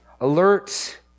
alert